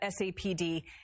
SAPD